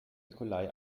nikolai